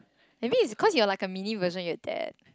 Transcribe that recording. maybe is cause you're like a mini version of your dad